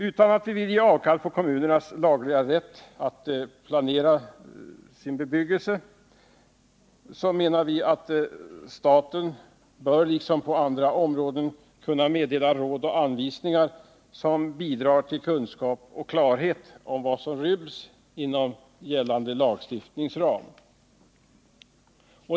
Utan att vilja ge avkall på kommunernas lagliga rätt att planera sin bebyggelse menar vi att staten, liksom på andra områden, bör kunna meddela råd och anvisningar, som bidrar till kunskap och klarhet om vad som ryms inom gällande lagstiftningsram.